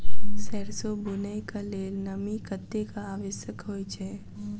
सैरसो बुनय कऽ लेल नमी कतेक आवश्यक होइ छै?